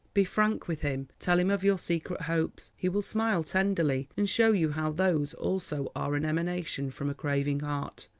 be frank with him, tell him of your secret hopes. he will smile tenderly, and show you how those also are an emanation from a craving heart,